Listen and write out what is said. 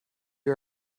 you